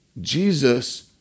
Jesus